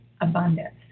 abundance